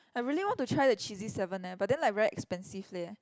I really want to try the cheesy seven eh but then like very expensive leh